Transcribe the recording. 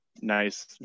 nice